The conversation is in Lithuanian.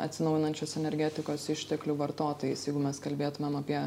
atsinaujinančios energetikos išteklių vartotojais jeigu mes kalbėtumėm apie